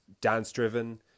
dance-driven